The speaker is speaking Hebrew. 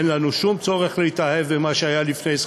אין לנו שום צורך להתאהב במה שהיה לפני 20